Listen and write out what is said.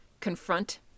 confront